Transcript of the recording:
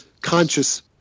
conscious